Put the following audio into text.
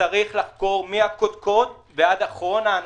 צריך לחקור מהקדקוד ועד אחרון האנשים,